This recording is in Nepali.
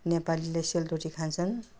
नेपालीले सेलरोटी खान्छन्